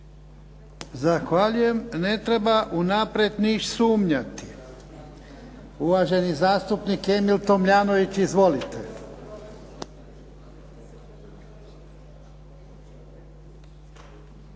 Zahvaljujem. Ne treba unaprijed ništa sumnjati. Uvaženi zastupnik Emil Tomljanović. Izvolite.